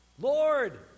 Lord